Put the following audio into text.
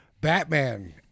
Batman